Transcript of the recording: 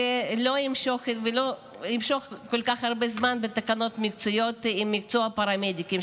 שהוא לא ימשוך כל כך הרבה זמן את התקנות המקצועיות במקצוע הפרמדיקים,